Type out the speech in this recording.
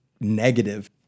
negative